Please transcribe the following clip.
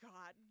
God